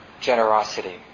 generosity